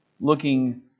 looking